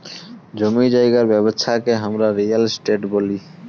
জমি জায়গার ব্যবচ্ছা কে হামরা রিয়েল এস্টেট ব্যলি